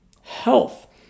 health